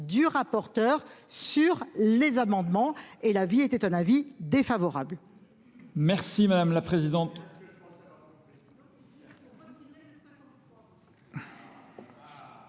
du rapporteur sur les amendements et l'avis était un avis défavorable.